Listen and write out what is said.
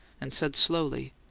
and said slowly,